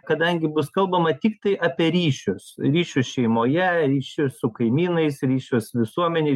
kadangi bus kalbama tiktai apie ryšius ryšius šeimoje ryšius su kaimynais ryšius visuomenėj